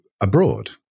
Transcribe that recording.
abroad